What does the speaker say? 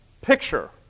picture